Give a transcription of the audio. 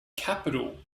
capital